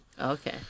Okay